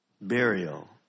Burial